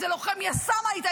איזה לוחם יס"מ היית,